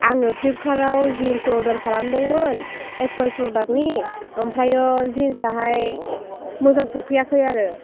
आङो फ्लिपकार्ट आव jeans order खालामदोंमोन एपोल प्रडाक्ट नि ओमफ्राय जिन्स आहाय मोजां सफैयाखै आरो